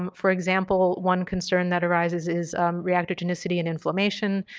um for example, one concern that arises is reactive genicity and inflammation.